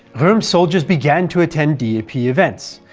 rohm's soldiers began to attend dap events,